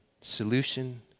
solution